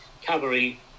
cavalry